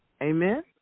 Amen